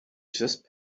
just